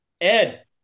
Ed